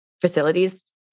facilities